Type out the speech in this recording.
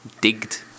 digged